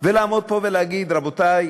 ולעמוד פה ולהגיד: רבותי,